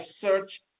search